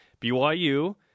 BYU